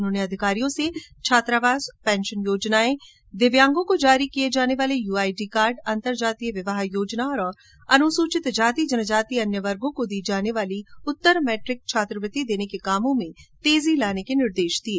उन्होंने अधिकारियों से छात्रावास पेंशन योजनाएं दिव्यांगों को जारी किए जाने वाले यूआईडी कार्ड अंतरजातीय विवाह योजना एवं अनुसूचित जाति जनजाति अन्य वर्गो को दी जाने वाली उत्तर मैट्रिक छात्रवृत्ति देने के कामों में तेजी लाने के निर्देश दिये